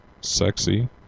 sexy